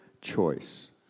choice